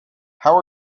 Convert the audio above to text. how